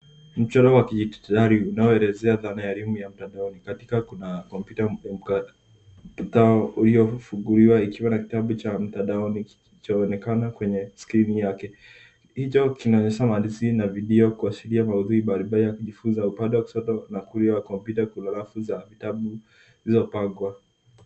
Mchoro wa kidijitali inayoelezea dhana ya elimu ya mtandaoni. Katikati kuna kompyuta ya mpakato iliyofunguliwa ikiwa na kitabu cha mtandaoni conekana kwenye skrini yake. Hicho kinaonyesha maandishi na video kuashiria maudhui mbalimbali ya kujifunza upande wa kushoto na kulia wa kompyuta kuna rafu za vitabu zilizopangwa.